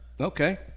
okay